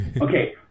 Okay